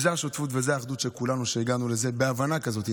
זאת השותפות וזאת האחדות של כולנו שהגענו לזה בהבנה כזאת.